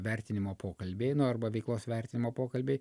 vertinimo pokalbiai nu arba veiklos vertinimo pokalbiai